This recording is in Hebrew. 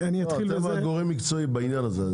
אתם הגורם המקצועי בעניין הזה.